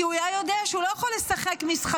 כי הוא היה יודע שהוא לא יכול לשחק משחקים,